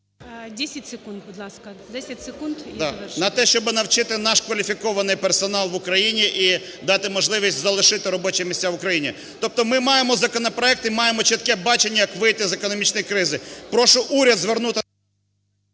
10 секунд, будь ласка. 10 секунд і завершуйте. БОНДАР В.В. …на те, щоб навчити наш кваліфікований персонал в Україні в дати можливість залишити робочі місця в Україні. Тобто ми маємо законопроект і маємо чітке бачення, як вийти з економічної кризи. Прошу уряд звернути…